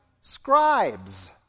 scribes